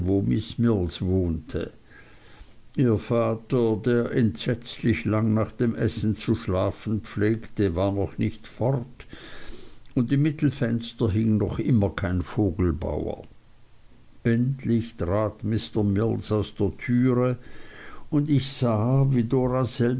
wohnte ihr vater der entsetzlich lang nach dem essen zu schlafen pflegte war noch nicht fort und im mittelfenster hing noch immer kein vogelbauer endlich trat mr mills aus der türe und ich sah wie